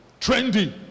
Trendy